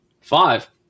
Five